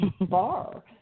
bar